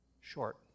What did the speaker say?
short